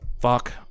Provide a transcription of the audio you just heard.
fuck